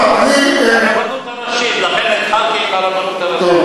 הרבנות הראשית, לכן התחלתי עם הרבנות הראשית.